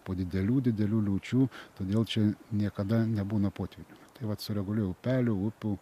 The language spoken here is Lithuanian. po didelių didelių liūčių todėl čia niekada nebūna potvynių tai vat sureguliuoja upelių upių